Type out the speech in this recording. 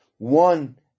One